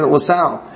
LaSalle